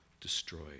destroyed